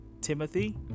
Timothy